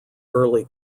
early